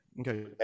Okay